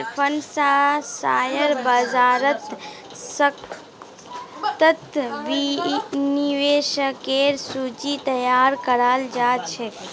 fund स share बाजारत सशक्त निवेशकेर सूची तैयार कराल जा छेक